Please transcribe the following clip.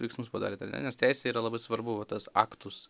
veiksmus padarėt ar ne nes teisėj yra labai svarbu va tas aktus